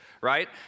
right